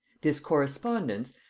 this correspondence,